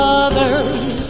others